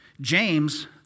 James